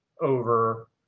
over